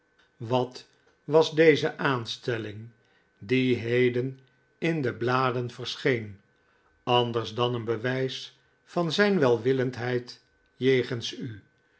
wat was deze aanstelling die heden in de bladen verscheen anders dan een bewijs van zijn welwillendheid jegens u